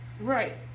Right